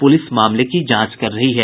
police मामले की जांच कर रही है